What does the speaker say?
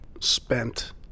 spent